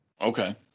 Okay